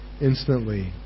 instantly